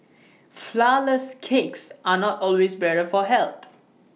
Flourless Cakes are not always better for health